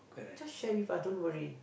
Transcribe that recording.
just share with us don't worry